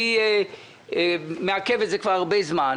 אני מעכב את זה כבר הרבה זמן,